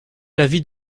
l’avis